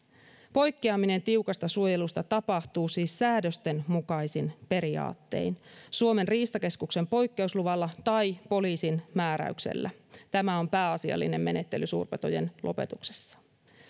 poikkeaminen tiukasta suojelusta tapahtuu siis säädösten mukaisin periaattein suomen riistakeskuksen poikkeusluvalla tai poliisin määräyksellä tämä on pääasiallinen menettely suurpetojen lopetuksessa